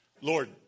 Lord